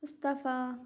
Mustafa